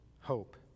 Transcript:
hope